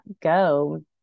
go